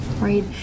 right